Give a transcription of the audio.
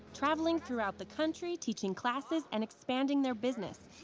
traveling throughout the country, teaching classes and expanding their business.